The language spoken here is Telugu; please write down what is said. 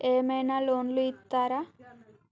ఏమైనా లోన్లు ఇత్తరా?